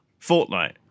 Fortnite